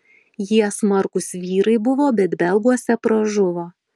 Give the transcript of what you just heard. jie smarkūs vyrai buvo bet belguose pražuvo